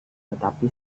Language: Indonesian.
tetapi